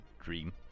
dream